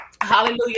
Hallelujah